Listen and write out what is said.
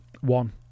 One